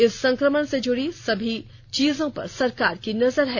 इस संक्रमण से जुड़ी सभी चीजों पर सरकार की नजर है